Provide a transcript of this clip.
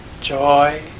joy